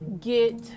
get